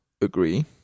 agree